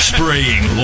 Spraying